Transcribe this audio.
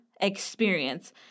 experience